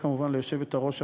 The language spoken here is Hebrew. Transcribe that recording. וכמובן ליושבת-הראש הפעילה,